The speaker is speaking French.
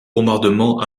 bombardement